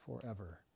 forever